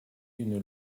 une